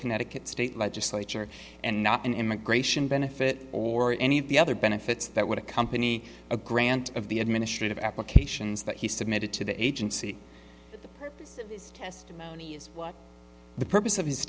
connecticut state legislature and not an immigration benefit or any of the other benefits that would accompany a grant of the administrative applications that he submitted to the agency the testimony is what the purpose of his